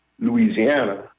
Louisiana